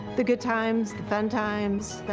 the good times, the fun times,